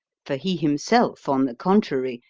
for he himself, on the contrary,